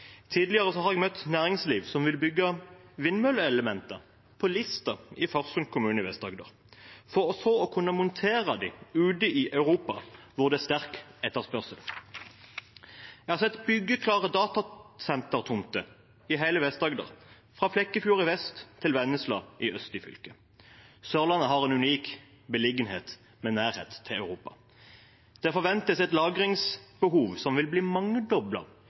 har jeg møtt et næringsliv som vil bygge vindmølleelementer på Lista i Farsund kommune i Vest-Agder, for så å montere dem ute i Europa, hvor det er sterk etterspørsel. Jeg har sett byggeklare datasentertomter i hele Vest-Agder – fra Flekkefjord i vest til Vennesla i øst i fylket. Sørlandet har en unik beliggenhet med nærhet til Europa. Det forventes et lagringsbehov som vil bli